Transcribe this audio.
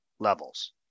levels